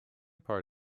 part